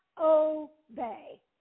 obey